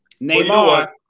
Neymar